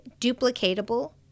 duplicatable